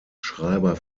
schreiber